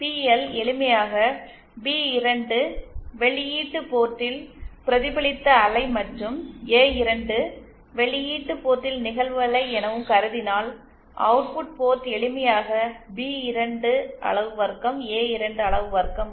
L எளிமையாக பி2வெளியீட்டு போர்ட்டில் பிரதிபலித்த அலை மற்றும் ஏ2 வெளியீட்டு போர்ட்டில் நிகழ்வு அலை எனவும் கருதினால் அவுட் புட் போர்ட் எளிமையாக பி2 அளவு வர்க்கம் ஏ2 அளவு வர்க்கம் ஆகும்